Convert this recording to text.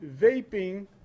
vaping